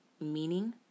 meaning